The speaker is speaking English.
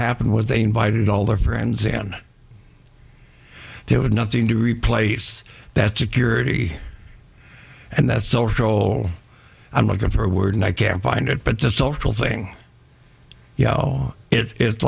happened was they invited all their friends and there was nothing to replace that security and that's social i'm looking forward i can't find it but just thing you know it's